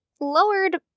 lowered